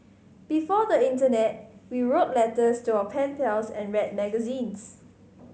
before the internet we wrote letters to our pen pals and read magazines